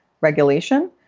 regulation